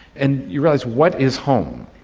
and you realise, what is home?